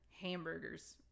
hamburgers